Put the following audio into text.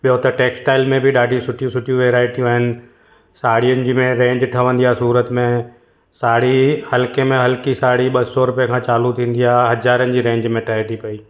ॿियों त टैक्सटाइल में बि ॾाढियूं सुठियूं सुठियूं वैरायटियूं आहिनि साड़ियुनि जी में रेंज ठहंदी आहे सूरत में साड़ी हलके में हलकी साड़ी ॿ सौ रुपए खां चालू थींदी आहे हज़ारनि जी रेंज में ठहे थी पई